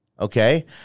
okay